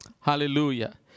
Hallelujah